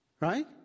Right